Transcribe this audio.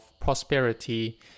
prosperity